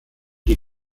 die